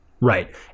Right